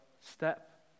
step